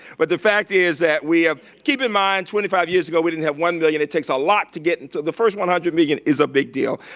but the fact is that we have, keep in mind, twenty five years ago we didn't have one million. it takes a lot to get into the first one hundred million is a big deal.